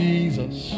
Jesus